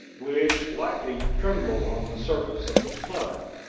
which lightly tremble on the surface of the flood.